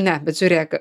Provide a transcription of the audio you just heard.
ne bet žiūrėk